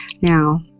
Now